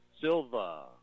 Silva